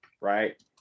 right